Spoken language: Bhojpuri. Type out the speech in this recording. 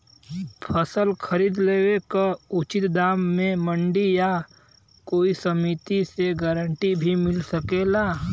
फसल खरीद लेवे क उचित दाम में मंडी या कोई समिति से गारंटी भी मिल सकेला?